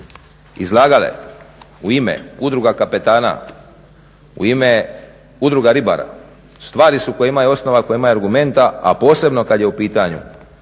izlagale u ime udruga kapetana, u ime udruga ribara stvari su koje imaju osnova, koje imaju argumenta, a posebno kad je u pitanju